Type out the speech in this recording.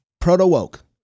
Proto-woke